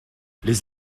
les